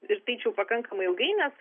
ir tai čia jau pakankamai ilgai nes